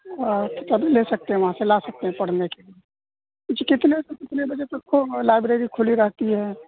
کتابیں لے سکتے ہیں وہاں سے لا سکتے ہیں پڑھنے کے لیے اچھا کتنے سے کتنے بجے تک وہ لائبریری کھلی رہتی ہے